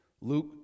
Luke